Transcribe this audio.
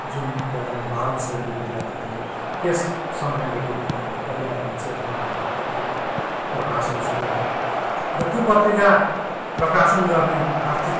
जुन बेला म बाह्रौँ श्रेणीको विद्यार्थी थिएँ त्यस समयदेखि मैले एउटा पर्यावरण चेतना नामक पत्रिका प्रकाशन सुरु गरेँ र त्यो पत्रिका प्रकाशन गर्ने आर्थिक